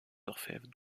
orfèvres